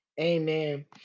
Amen